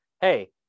Hey